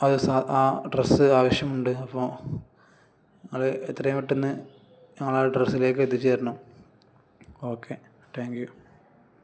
അത് സാ ആ ഡ്രസ്സ് ആവശ്യമുണ്ട് അപ്പോൾ നിങ്ങൾ എത്രയും പെട്ടെന്ന് നിങ്ങൾ ആ ഡ്രസ്സിലേക്ക് എത്തിച്ച് തരണം ഓക്കെ താങ്ക്യൂ